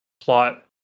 plot